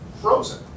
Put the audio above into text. frozen